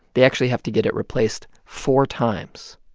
they actually have to get it replaced four times.